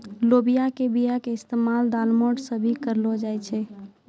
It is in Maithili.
लोबिया के बीया के इस्तेमाल दालमोट मे सेहो करलो जाय छै